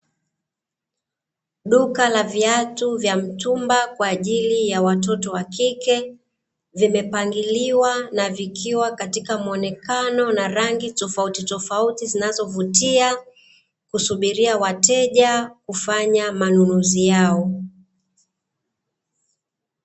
Duka la viatu vya mtumba kwa ajili ya watoto wa kike, vimepangiliwa na vikiwa katika muonekano na rangi tofautitofauti zinazovutia, kusubiria wateja kufanya manunuzi yao.